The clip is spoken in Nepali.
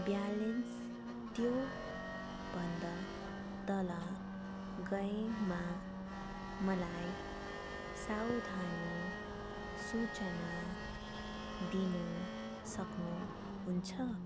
ब्यालेन्स त्योभन्दा तल गएमा मलाई सावधानी सूचना दिनु सक्नुहुन्छ